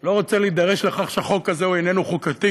לא רוצה להידרש לכך שהחוק הזה איננו חוקתי,